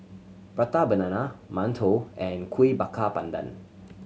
Prata Banana mantou and Kuih Bakar Pandan